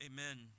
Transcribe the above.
Amen